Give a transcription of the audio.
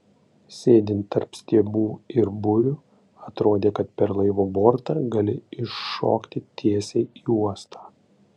sėdint tarp stiebų ir burių atrodė kad per laivo bortą gali iššokti tiesiai į uostą